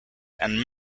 and